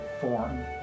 form